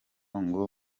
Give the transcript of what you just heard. ngo